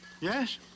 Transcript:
Yes